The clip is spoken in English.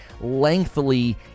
lengthily